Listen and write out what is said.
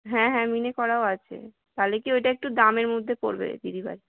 হ্যাঁ হ্যাঁ মিনে করাও আছে তাহলে কি ওইটা একটু দামের মধ্যে পড়বে দিদিভাই